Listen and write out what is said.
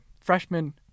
freshman